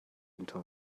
into